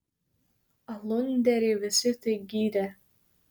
alunderį visi tik gyrė